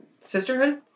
Sisterhood